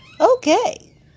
Okay